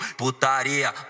putaria